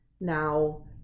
now